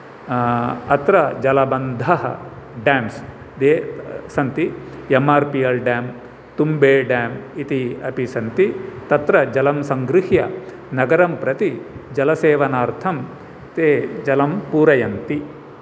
अत्र जलबन्धः डेम्स् दे सन्ति M R P L dam Thumbe dam इति अपि सन्ति तत्र जलं सङ्गृह्य नगरं प्रति जलसेवनार्थं ते जलं पूरयन्ति